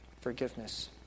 forgiveness